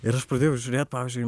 ir aš pradėjau žiūrėt pavyzdžiui